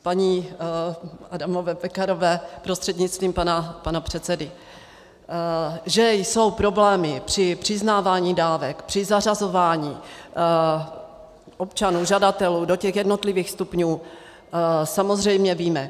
Paní Adamové Pekarové prostřednictvím pana předsedy: Že jsou problémy při přiznávání dávek, při zařazování občanů žadatelů do těch jednotlivých stupňů, samozřejmě víme.